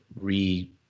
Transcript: re